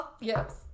Yes